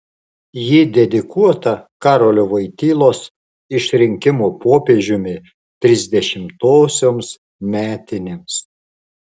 ji dedikuota karolio vojtylos išrinkimo popiežiumi trisdešimtosioms metinėms